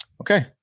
okay